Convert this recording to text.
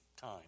time